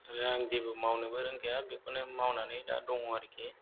आरो आं जेबो मावनोबो रोंखाया बेखौनो मावनानै दा दङ आरोखि